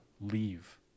leave